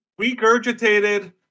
regurgitated